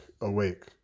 awake